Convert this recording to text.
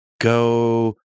go